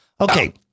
Okay